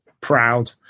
proud